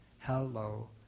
hello